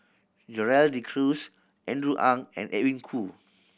Gerald De Cruz Andrew Ang and Edwin Koo